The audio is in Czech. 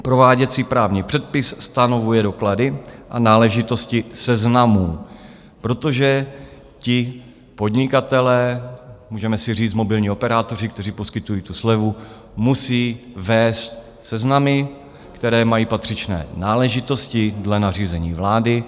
Prováděcí právní předpis stanovuje doklady a náležitosti seznamů, protože podnikatelé můžeme si říct mobilní operátoři, kteří poskytují tu slevu musí vést seznamy, které mají patřičné náležitosti dle nařízení vlády.